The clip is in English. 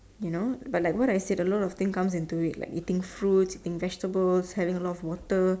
you know but like what I say a lot of things come into it like eating fruits eating vegetables having a lot of water